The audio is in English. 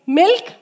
Milk